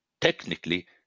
technically